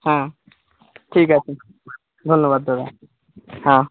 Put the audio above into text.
হ্যাঁ ঠিক আছে ধন্যবাদ দাদা হ্যাঁ